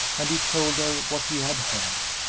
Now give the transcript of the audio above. and he told her what he had heard.